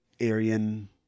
Aryan